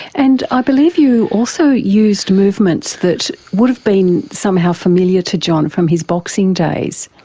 and i believe you also used movements that would have been somehow familiar to john from his boxing days.